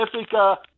Africa